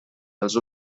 dels